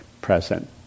present